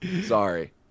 sorry